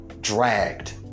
dragged